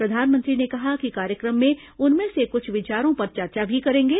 प्रधानमंत्री ने कहा कि कार्यक्रम में उनमें से कुछ विचारों पर चर्चा भी करेंगे